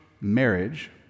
marriage